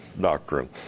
doctrine